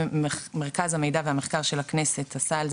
מרכז המידע והמחקר של הכנסת עשה על זה